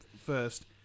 first